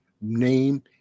name